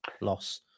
loss